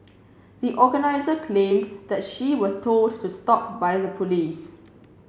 the organiser claimed that she was told to stop by the police